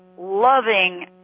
loving